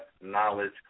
knowledge